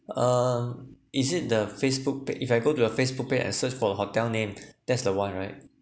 um is it the facebook pag~ if I go to the facebook page and search for hotel name that's the one right